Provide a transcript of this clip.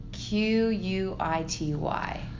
Q-U-I-T-Y